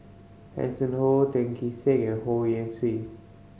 Hanson Ho Tan Kee Sek and Ho Yuen